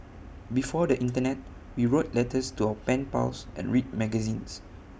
before the Internet we wrote letters to our pen pals and read magazines